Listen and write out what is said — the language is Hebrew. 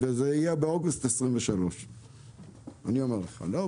אני אומר לך שזה יהיה באוגוסט 23'. בוא,